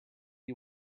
you